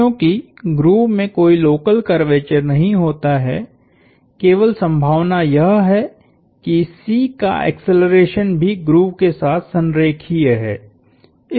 क्योंकि ग्रूव में कोई लोकल कर्वेचर नहीं होता है केवल संभावना यह है कि C का एक्सेलरेशन भी ग्रूव के साथ संरेखीय है